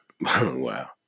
Wow